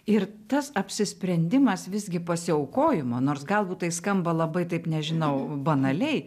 ir tas apsisprendimas visgi pasiaukojimo nors galbūt tai skamba labai taip nežinau banaliai